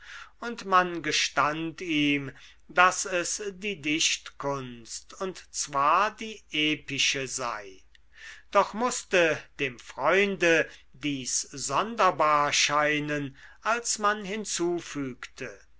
und man gestand ihm daß es die dichtkunst und zwar die epische sei doch mußte dem freunde dies sonderbar scheinen als man hinzufügte